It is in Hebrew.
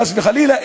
חס וחלילה,